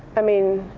i mean,